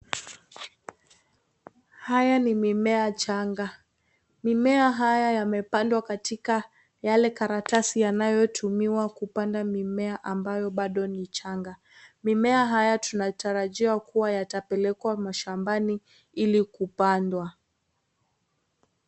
Haya ni mimea changa, mimea haya yamepandwa katika yale karatasi yanayotumiwa kupanda mimea ambayo bado ni changa, mimea haya tunatarajia kuwa yatapelekwa shambani ili kupandwa.